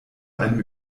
einem